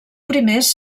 primers